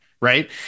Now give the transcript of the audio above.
Right